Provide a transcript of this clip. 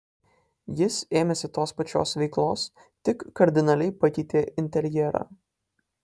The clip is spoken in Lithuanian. jis ėmėsi tos pačios veiklos tik kardinaliai pakeitė interjerą